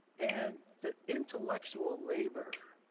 and the intellectual labor,